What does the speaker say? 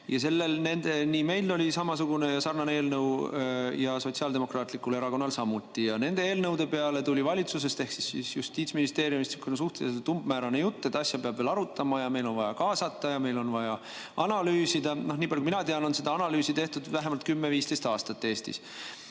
enesemääramise iga. Meil oli selline eelnõu ning Sotsiaaldemokraatlikul Erakonnal samuti. Nende eelnõude peale tuli valitsusest ehk Justiitsministeeriumist suhteliselt umbmäärane jutt, et asja peab veel arutama ja meil on vaja kaasata ja meil on vaja analüüsida. Nii palju, kui mina tean, on seda analüüsi Eestis tehtud vähemalt 10–15 aastat.